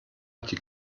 die